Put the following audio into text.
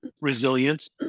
resilience